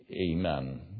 amen